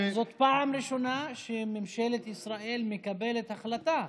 זאת פעם ראשונה שממשלת ישראל מקבלת החלטה